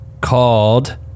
called